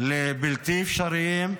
המקומיות לבלתי אפשריים.